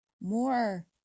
more